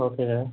okay sir